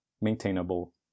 maintainable